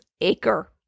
Acre